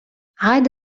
عاد